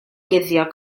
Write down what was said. guddio